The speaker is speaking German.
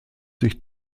sich